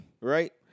right